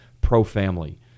pro-family